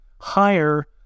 higher